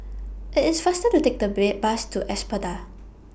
IT IS faster to Take The Bus to Espada